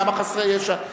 למה חסרי ישע?